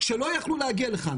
שלא יכלו להגיע לכאן.